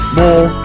more